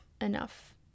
enough